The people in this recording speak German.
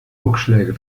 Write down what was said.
rückschläge